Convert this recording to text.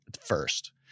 first